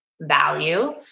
value